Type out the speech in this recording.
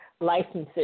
licenses